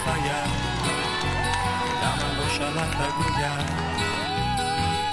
2022. כמה סיעות הגישו את